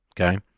Okay